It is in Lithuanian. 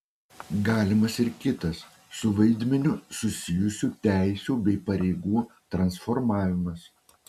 galimas ir kitas su vaidmeniu susijusių teisių bei pareigų transformavimas